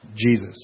Jesus